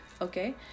okay